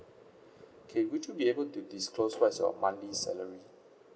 okay would you be able to disclose what is your monthly salary